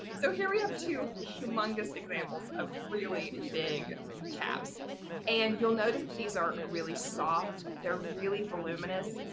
so here we have two humongous examples of really big caps and you'll notice these are really soft, they're really voluminous.